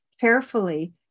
carefully